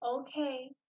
Okay